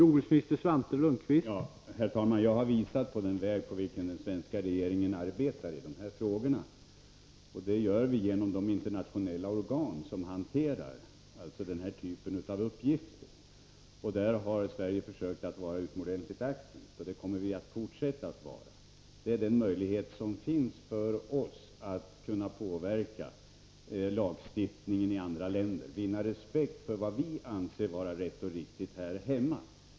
Herr talman! Jag har visat på den väg som den svenska regeringen följeri — och försäljning av de här frågorna. Det gör vi genom de internationella organ som hanterar den förbjudna växthär typen av uppgifter. Där har Sverige försökt att vara utomordentligt gifterm. m aktivt. Det kommer vi att fortsätta att vara. Det är den möjlighet som finns för oss att kunna påverka lagstiftningen i andra länder, vinna respekt för vad vi anser vara rätt och riktigt här hemma.